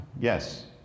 Yes